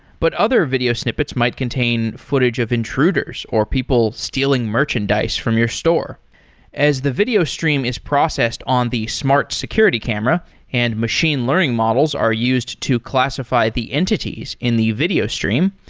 but other video snippets might contain footage of intruders, or people stealing merchandise from your store as the video stream is processed on the smart security camera and machine learning models are used to classify the entities in the video stream,